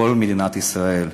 כל מדינת ישראל.